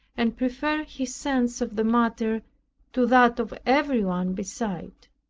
and prefer his sense of the matter to that of every one beside.